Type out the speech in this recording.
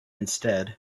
instead